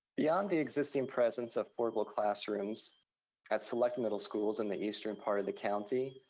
beyond the existing presence of portable classrooms at select middle schools in the eastern part of the county,